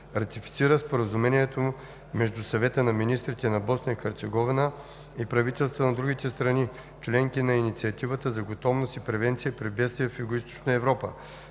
Ратифицира Споразумението между Съвета на министрите на Босна и Херцеговина и правителствата на другите страни – членки на Инициативата за готовност и превенция при бедствия в Югоизточна Европа